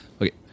okay